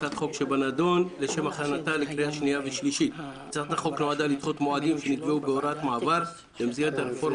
הצעת חוק מענק הסתגלות מיוחד לבני 67 ומעלה (הוראת שעה נגיף הקורונה